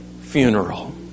funeral